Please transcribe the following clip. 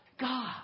God